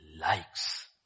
likes